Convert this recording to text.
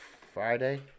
Friday